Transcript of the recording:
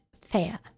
fair